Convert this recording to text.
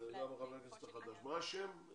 אני גאה ליטול חלק במשימה כל כך חשובה בעיני.